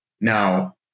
Now